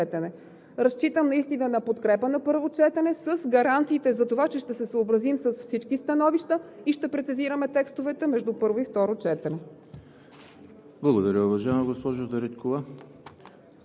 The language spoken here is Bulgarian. Разчитам наистина на подкрепа на първо четене с гаранциите за това, че ще се съобразим с всички становища и ще прецизираме текстовете между първо и второ четене.